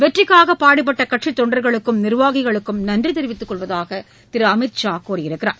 வெற்றிக்காக பாடுபட்ட கட்சித் தொண்டர்களுக்கும் நிர்வாகிகளுக்கும் நன்றி தெரிவித்துக் கொள்வதாக திரு அமித்ஷா கூறினார்